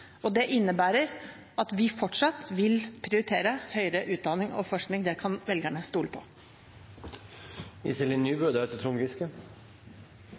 Det innebærer at vi fortsatt vil prioritere høyere utdanning og forskning, det kan velgerne stole på.